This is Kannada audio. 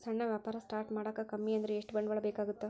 ಸಣ್ಣ ವ್ಯಾಪಾರ ಸ್ಟಾರ್ಟ್ ಮಾಡಾಕ ಕಮ್ಮಿ ಅಂದ್ರು ಎಷ್ಟ ಬಂಡವಾಳ ಬೇಕಾಗತ್ತಾ